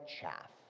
chaff